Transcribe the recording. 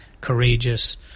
courageous